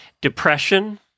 depression